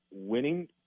winning